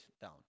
down